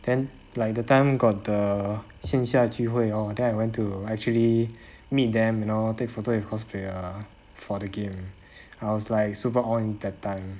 then like the time got the 线下聚会 lor then I went to actually meet them you know take photo with cosplay ah for the game I was like super all in that time